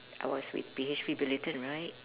I was with BHP Billiton right